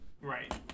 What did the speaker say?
right